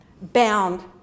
bound